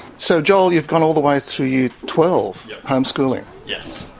so, joel, you've gone all the way through year twelve homeschooling? yes.